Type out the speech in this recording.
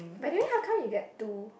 by the way how come you get two